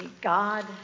God